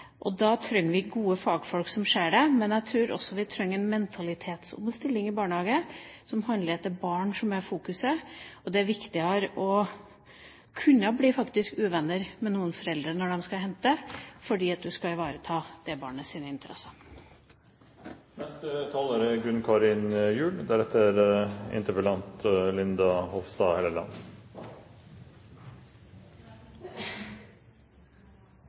Da trenger vi gode fagfolk som ser dette, men jeg tror også vi trenger en mentalitetsomstilling i barnehagen som handler om at det er barn som er fokuset. Og det er faktisk viktigere å kunne bli uvenner med noen foreldre når de skal hente, fordi du skal ivareta det barnets interesser.